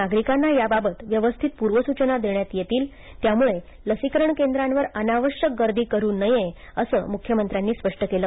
नागरिकांना याबाबत व्यवस्थित पूर्वसूचना देण्यात येतील त्यामुळे लसीकरण केंद्रांवर अनावश्यक गर्दी करू नये असंही मुख्यमंत्र्यांनी स्पष्ट केलं